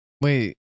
Wait